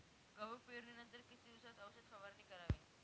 गहू पेरणीनंतर किती दिवसात औषध फवारणी करावी?